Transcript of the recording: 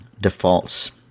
defaults